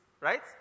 right